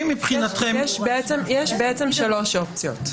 יש בעצם שלוש אופציות.